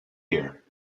here